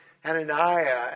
Hananiah